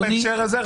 רק בהקשר הזה,